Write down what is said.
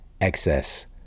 excess